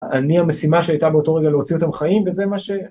‫אני המשימה שהייתה באותו רגע ‫להוציא אותם חיים, וזה מה ש...